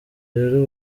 rero